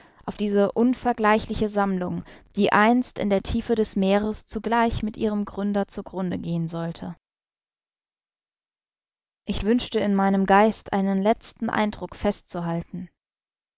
auf diese unvergleichliche sammlung die einst in der tiefe des meeres zugleich mit ihrem gründer zu grunde gehen sollte ich wünschte in meinem geist einen letzten eindruck festzuhalten